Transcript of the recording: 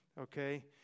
okay